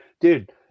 dude